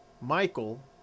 Michael